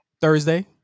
Thursday